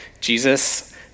Jesus